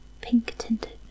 pink-tinted